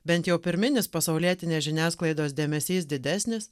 bent jau pirminis pasaulietinės žiniasklaidos dėmesys didesnis